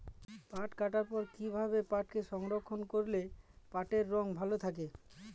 পাট কাটার পর কি ভাবে পাটকে সংরক্ষন করলে পাটের রং ভালো থাকে?